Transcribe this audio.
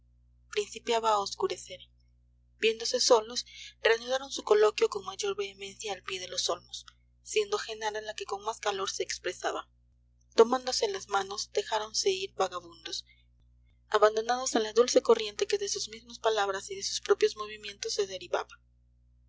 principiaba a oscurecer viéndose solos reanudaron su coloquio con mayor vehemencia al pie de los olmos siendo genara la que con más calor se expresaba tomándose las manos dejáronse ir vagabundos abandonados a la dulce corriente que de sus mismas palabras y de sus propios movimientos se derivaba